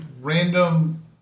random